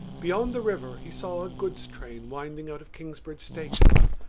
beyond the river he saw a goods train winding out of kingsbridge station,